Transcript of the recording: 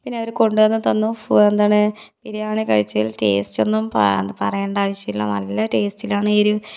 പിന്നെ അവർ കൊണ്ടുവന്ന് തന്നു എന്താണ് ബിരിയാണി കഴിച്ചതിൽ ടേസ്റ്റ് ഒന്നും പറയേണ്ട ആവശ്യമില്ല നല്ല ടേസ്റ്റിലാണ് എരിവ്